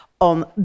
on